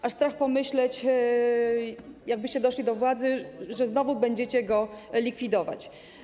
Aż strach pomyśleć, że jakbyście doszli do władzy, to znowu będziecie go likwidować.